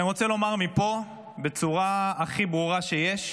אז אני רוצה לומר מפה בצורה הכי ברורה שיש,